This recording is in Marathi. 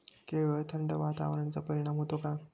केळीवर थंड वातावरणाचा परिणाम होतो का?